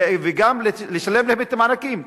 וגם לשלם להם את המענקים.